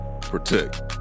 protect